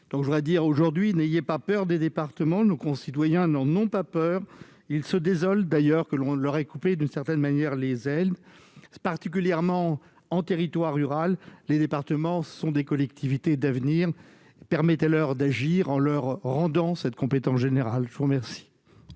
Je voudrais dire aujourd'hui :« N'ayez pas peur des départements !» Nos concitoyens n'en ont pas peur ; ils se désolent d'ailleurs qu'on leur ait, d'une certaine manière, coupé les ailes, particulièrement dans les territoires ruraux. Les départements sont des collectivités d'avenir : permettez-leur d'agir en leur rendant cette compétence générale. La parole